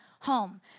home